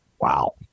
Wow